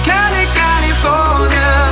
California